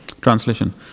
Translation